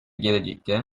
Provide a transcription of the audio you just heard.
gelecekte